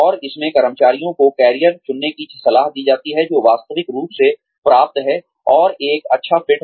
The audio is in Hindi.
और इसमें कर्मचारियों को करियर चुनने की सलाह दी जाती है जो वास्तविक रूप से प्राप्त है और एक अच्छा फिट है